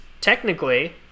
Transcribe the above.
technically